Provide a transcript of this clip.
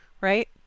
right